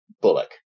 Bullock